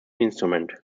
instrument